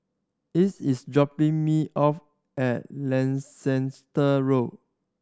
Ethyl is dropping me off at Leicester Road